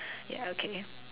ya okay